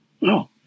no